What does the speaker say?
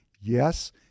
Yes